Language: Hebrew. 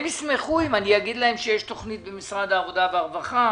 הם ישמחו אם אני אגיד להם שיש תוכנית במשרד העבודה והרווחה,